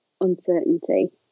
uncertainty